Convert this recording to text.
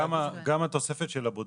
גם התוספת של הבודדים,